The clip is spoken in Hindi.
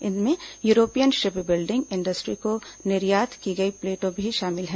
इनमें यूरोपियन शिप बिल्डिंग इंडस्ट्री को निर्यात की गई प्लेटें भी शामिल हैं